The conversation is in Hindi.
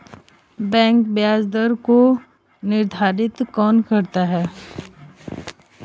बैंक ब्याज दर को निर्धारित कौन करता है?